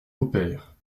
opère